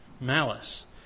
Malice